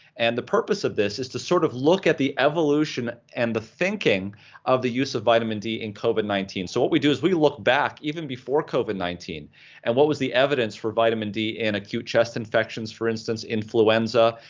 and the purpose of this is to sort of look at the evolution and the thinking of the use of vitamin d in covid nineteen. so what we do is we look back even before covid nineteen and what was the evidence for vitamin d in and acute chest infections, for instance influenza,